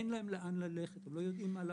אין להם לאן ללכת והם לא יודעים מה לעשות.